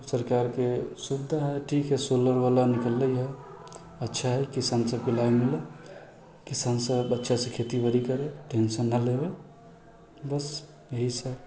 सरकारके सुविधा है ठीक है सुविधा सोलर बला निकलले है अच्छा है किसान सभके लाभ मिलत किसान सभ अच्छासँ खेती बाड़ि करै टेन्शन न लेबै बस यहि सभ